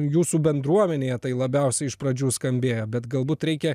jūsų bendruomenėje tai labiausiai iš pradžių skambėjo bet galbūt reikia